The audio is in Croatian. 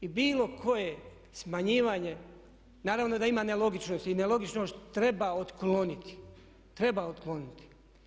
I bilo koje smanjivanje, naravno da ima nelogičnosti i nelogičnost treba otklonit, treba otkloniti.